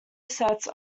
sets